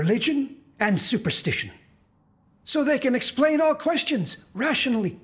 religion and superstition so they can explain all questions rationally